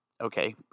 okay